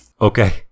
Okay